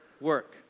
work